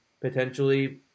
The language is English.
potentially